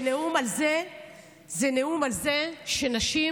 זה נאום על זה שנשים,